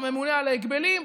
לממונה על ההגבלים,